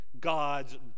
God's